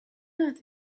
earth